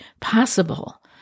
possible